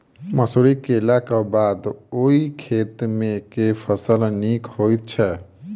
मसूरी केलाक बाद ओई खेत मे केँ फसल नीक होइत छै?